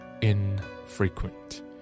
infrequent